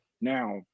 Now